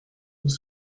vous